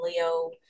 Leo